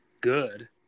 good